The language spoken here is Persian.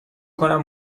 کنم